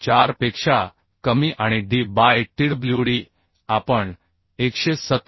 4 पेक्षा कमी आणि D बाय TwD आपण 117